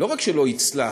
לא רק שלא יצלח,